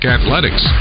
Athletics